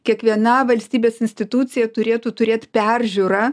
kiekviena valstybės institucija turėtų turėt peržiūrą